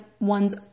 one's